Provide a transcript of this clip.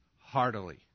heartily